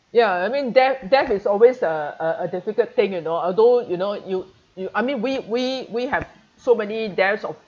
ya I mean death death is always uh a difficult thing you know although you know you you I mean we we we have so many deaths of